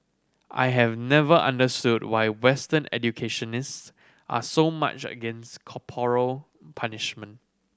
I have never understood why Western educationists are so much against corporal punishment